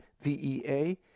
VEA